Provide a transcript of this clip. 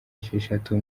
esheshatu